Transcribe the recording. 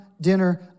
dinner